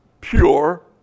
pure